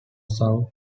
south